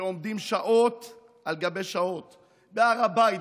שעומדים שעות על גבי שעות בהר הבית,